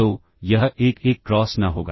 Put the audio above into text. तो यह एक 1 क्रॉस n होगा